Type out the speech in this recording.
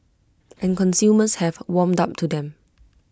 and consumers have warmed up to them